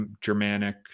Germanic